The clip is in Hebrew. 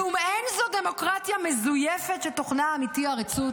כלום אין זו דמוקרטיה מזויפת שתוכנה הממשי עריצות?"